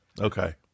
Okay